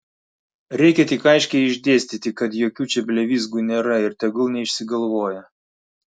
reikia tik aiškiai išdėstyti kad jokių čia blevyzgų nėra ir tegul neišsigalvoja